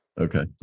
Okay